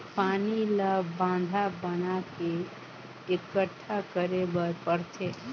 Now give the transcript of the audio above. पानी ल बांधा बना के एकटठा करे बर परथे